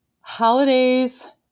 Holidays